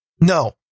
no